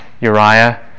Uriah